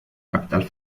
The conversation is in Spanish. capital